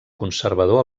conservador